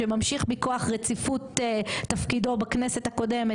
שממשיך מכוח רציפות תפקידו בכנסת הקודמת,